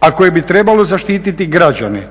a koje bi trebalo zaštititi građane